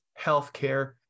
healthcare